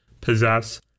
possess